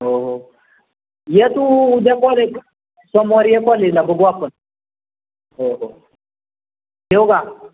हो हो ये तू उद्या कॉलेजवर सोमवारी ये कॉलेजला बघू आपण हो हो ठेवू का